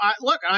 look